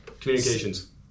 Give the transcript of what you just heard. Communications